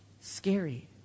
scary